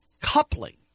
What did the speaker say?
coupling